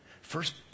First